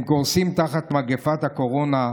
הם קורסים תחת מגפת הקורונה,